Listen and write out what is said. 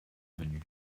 venu